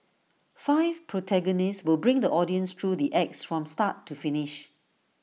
five protagonists will bring the audience through the acts from start to finish